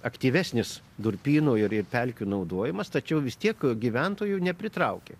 aktyvesnis durpyno ir ir pelkių naudojimas tačiau vis tiek gyventojų nepritraukė